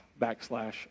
backslash